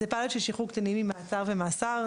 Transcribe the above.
זה פיילוט של שחרור קטינים ממעצר ומאסר.